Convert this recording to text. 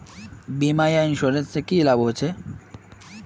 बीमा या इंश्योरेंस से की लाभ होचे?